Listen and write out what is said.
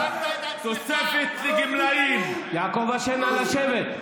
הוספנו תוספת לגמלאים, יעקב אשר, נא לשבת.